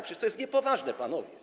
Przecież to jest niepoważne, panowie.